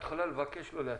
את יכולה לבקש לא להתנות.